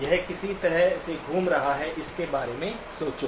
यह किस तरह से घूम रहा है इसके बारे में सोचो